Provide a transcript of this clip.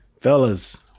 Fellas